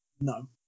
No